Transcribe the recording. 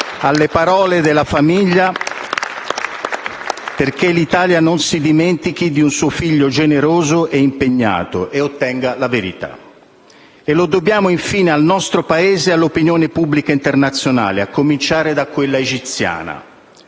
senatrice Bencini)* perché l'Italia non si dimentichi di un suo figlio generoso ed impegnato e ottenga la verità. Lo dobbiamo infine al nostro Paese e all'opinione pubblica internazionale, a cominciare da quella egiziana.